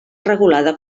regulada